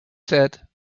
said